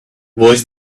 voice